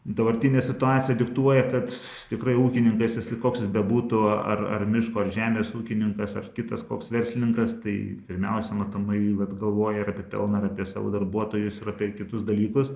dabartinė situacija diktuoja kad tikrai ūkininkas jisai koks jis bebūtų ar ar miško ar žemės ūkininkas ar kitas koks verslininkas tai pirmiausia matomai vat galvoja ir apie pelną ir apie savo darbuotojus ir apie kitus dalykus